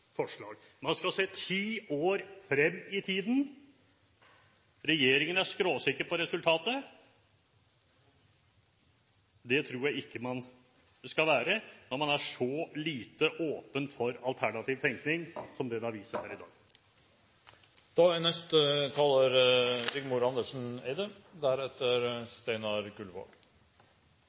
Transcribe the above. Man skal se ti år frem i tiden, regjeringen er skråsikker på resultatet – det tror jeg ikke man skal være når man er så lite åpen for alternativ tenkning som det det har vist seg her i dag.